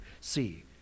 see